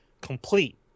complete